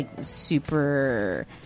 super